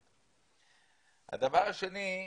השני,